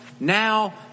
now